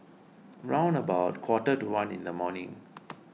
round about quarter to one in the morning